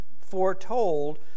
foretold